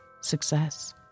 success